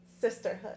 Sisterhood